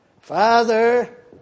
Father